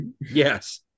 yes